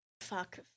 fuck